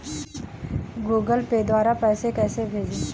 Google pay द्वारा पैसे कैसे भेजें?